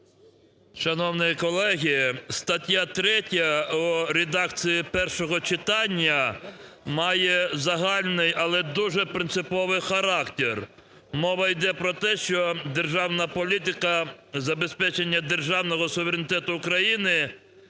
Шановні колеги! Стаття 3 в редакції першого читання має загальний, але дуже принциповий характер. Мова йде про те, що державна політика забезпечення державного суверенітету України